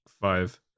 five